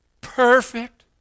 Perfect